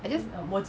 I just